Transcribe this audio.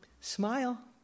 smile